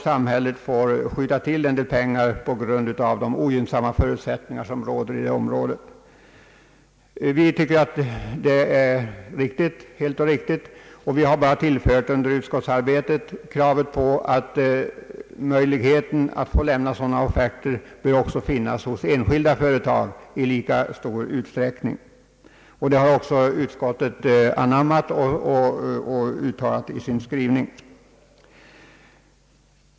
Samhället får därvid skjuta till en del pengar på grund av de ogynnsamma förutsättningar som råder i området. Vi anser det helt riktigt och har under utskottsarbetet endast tillagt krav på att möjlighet att få lämna sådana offerter i samma utsträckning också bör ges enskilda företag. Detta har utskottet godtagit och uttalat i sin skrivning.